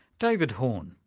david horn,